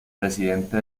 presidente